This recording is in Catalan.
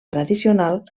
tradicional